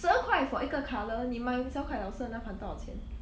十二块 for 一个 colour 你买小凯老师的那盘多少钱